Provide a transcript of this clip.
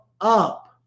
up